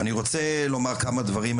אני רוצה לומר כמה דברים,